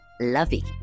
lovey